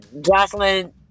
Jocelyn